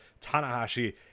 Tanahashi